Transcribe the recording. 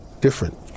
different